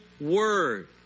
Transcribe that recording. word